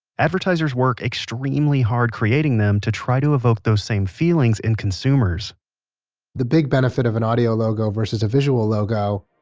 advertisers work extremely hard creating them to try to evoke those same feelings in consumers the big benefit of an audio logo versus a visual logo,